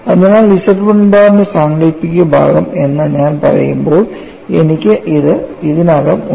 അതിനാൽ Z1 bar ന്റെ സാങ്കൽപ്പിക ഭാഗം എന്ന് ഞാൻ പറയുമ്പോൾ എനിക്ക് ഇത് ഇതിനകം ഉണ്ട്